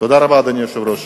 תודה רבה, אדוני היושב-ראש.